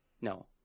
No